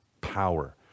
power